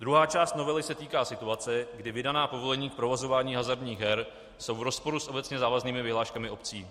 Druhá část novely se týká situace, kdy vydaná povolení k provozování hazardních her jsou v rozporu s obecně závaznými vyhláškami obcí.